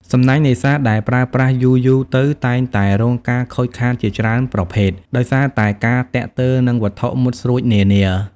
សំណាញ់នេសាទដែលប្រើប្រាស់យូរៗទៅតែងតែរងការខូចខាតជាច្រើនប្រភេទ ដោយសារតែការទាក់ទើរនឹងវត្ថុមុតស្រួចនានា។